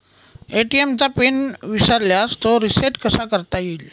ATM चा PIN विसरल्यास तो रिसेट कसा करता येईल?